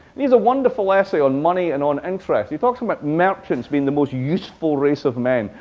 he has a wonderful essay on money and on interest. he talks about merchants being the most useful race of men,